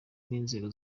n’inzego